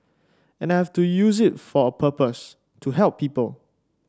and I have to use it for a purpose to help people